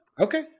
okay